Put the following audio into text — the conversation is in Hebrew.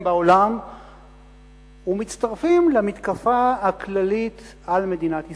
בעולם ומצטרפים למתקפה הכללית על מדינת ישראל.